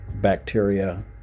bacteria